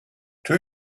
two